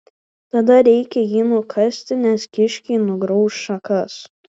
tada reikia jį nukasti nes kiškiai nugrauš šakas